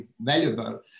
valuable